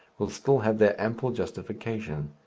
will still have their ample justification.